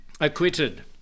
acquitted